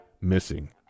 missing